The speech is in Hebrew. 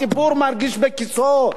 הציבור מרגיש בכיסו.